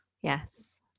Yes